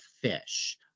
fish